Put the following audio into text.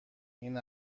این